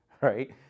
right